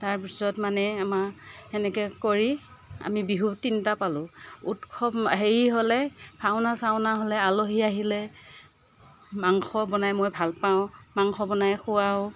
তাৰ পিছত মানে আমা সেনেকৈ কৰি আমি বিহু তিনটা পালোঁ উৎসৱ হেৰি হ'লে ভাওনা চাওনা হ'লে আলহী আহিলে মাংস বনাই মই ভাল পাওঁ মাংস বনাই খুৱাওঁ